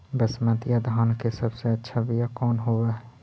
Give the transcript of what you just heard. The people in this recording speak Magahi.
बसमतिया धान के सबसे अच्छा बीया कौन हौब हैं?